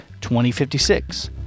2056